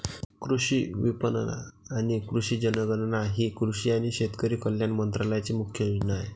कृषी विपणन आणि कृषी जनगणना ही कृषी आणि शेतकरी कल्याण मंत्रालयाची मुख्य योजना आहे